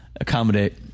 accommodate